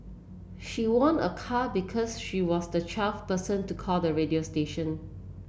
she won a car because she was the twelfth person to call the radio station